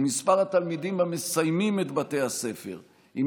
ומספר התלמידים המסיימים את בתי הספר עם